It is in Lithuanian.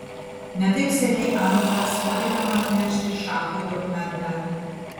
ne taip seniai anvaras paliepė man nunešti šachui dokumentą